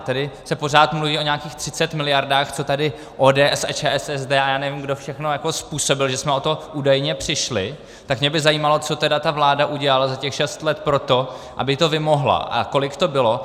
Tady se pořád mluví o nějakých 30 miliardách, co tady ODS a ČSSD a já nevím kdo všechno jako způsobily, že jsme o to údajně přišli, tak mě by zajímalo, co tedy ta vláda udělala za těch šest let pro to, aby to vymohla, a kolik to bylo.